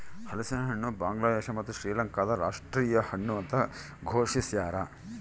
ಹಲಸಿನಹಣ್ಣು ಬಾಂಗ್ಲಾದೇಶ ಮತ್ತು ಶ್ರೀಲಂಕಾದ ರಾಷ್ಟೀಯ ಹಣ್ಣು ಅಂತ ಘೋಷಿಸ್ಯಾರ